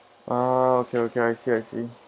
ah okay okay I see I see